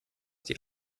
die